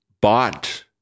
bought